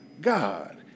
God